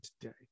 today